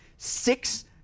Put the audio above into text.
Six